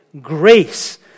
grace